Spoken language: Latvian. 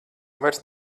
vairs